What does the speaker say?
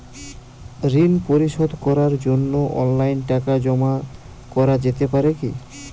ঋন পরিশোধ করার জন্য অনলাইন টাকা জমা করা যেতে পারে কি?